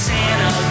Santa